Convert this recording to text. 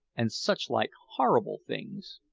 and such-like horrible things.